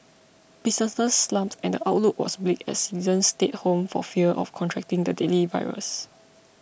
businesses slumped and the outlook was bleak as citizens stayed home for fear of contracting the deadly virus